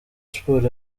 sports